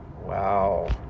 wow